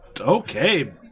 Okay